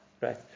Right